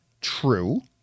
true